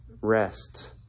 rest